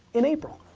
in april.